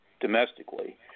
domestically